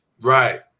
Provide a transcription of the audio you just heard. Right